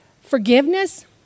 Forgiveness